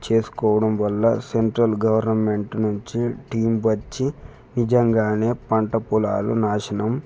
చేసుకోవడం వల్ల central government నుంచి టీం వచ్చి నిజంగానే పంట పొలాలు నాశనం